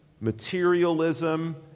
materialism